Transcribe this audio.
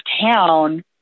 town